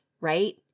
right